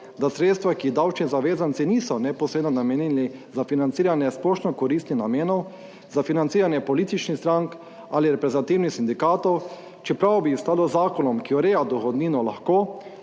da sredstva, ki jih davčni zavezanci niso neposredno namenili za financiranje splošno koristnih namenov, za financiranje političnih strank ali reprezentativnih sindikatov, čeprav bi v skladu z zakonom, ki ureja dohodnino, lahko,